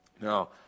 Now